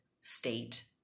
state